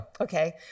Okay